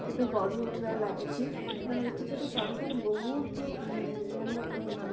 ଏବେ ଗଢ଼ିଉଠିବାରେ ଲାଗିଛି ତ ଏଥିପ୍ରତି ସରକାର ବହୁତ ମାନେ